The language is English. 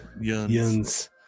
Yuns